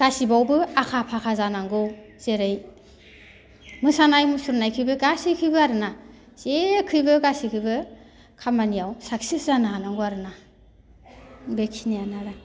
गासिबावबो आखा फाखा जानांगौ जेरै मोसानाय मुसुरनायखैबो गासैखैबो आरोना जेखैबो गासैखैबो खामानियाव साक्सेस जानो हानांगौ आरोना बेखिनियानो आरो